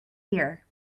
beer